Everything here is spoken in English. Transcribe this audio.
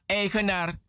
eigenaar